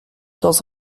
temps